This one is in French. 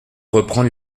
reprendre